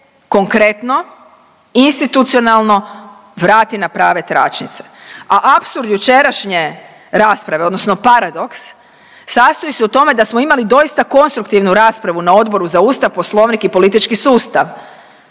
konkretno institucionalno vrati na prave tračnice, a apsurd jučerašnje rasprave odnosno paradoks sastoji se u tome da smo imali doista konstruktivnu raspravu na Odboru za Ustav, Poslovnik i politički sustav,